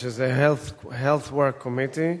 שזה Health Work Committee?